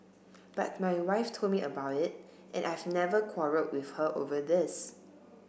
but my wife told me about it and I've never quarrelled with her over this